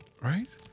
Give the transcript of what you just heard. right